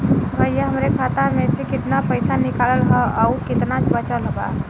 भईया हमरे खाता मे से कितना पइसा निकालल ह अउर कितना बचल बा?